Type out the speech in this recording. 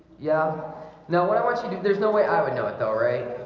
yeah know what i want you to there's no way i would know it though, right?